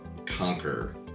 Conquer